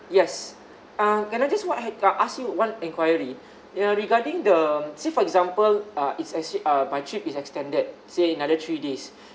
yes uh can I just uh ask you one enquiry ya regarding the um say for example uh is actually uh my trip is extended say another three days